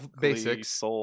basics